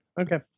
Okay